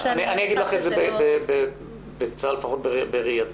אגיד את זה בקצרה, לפחות בראייתי.